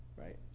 Right